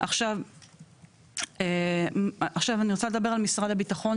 אני רוצה לדבר על משרד הביטחון,